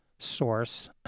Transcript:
source